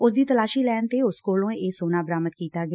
ਉਸ ਦੀ ਤਲਾਸ਼ੀ ਲੈਣ ਤੇ ਉਸ ਕੋਲੋਂ ਇਹ ਸੋਨਾ ਬਰਾਮਦ ਕੀਤਾ ਗਿਆ